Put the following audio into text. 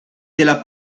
della